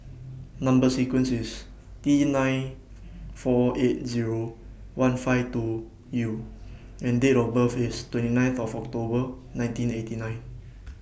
Number sequence IS T nine four eight Zero one five two U and Date of birth IS twenty nine For October nineteen eighty nine